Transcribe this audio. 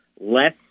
less